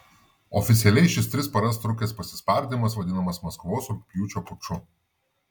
oficialiai šis tris paras trukęs pasispardymas vadinamas maskvos rugpjūčio puču